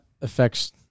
affects